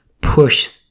push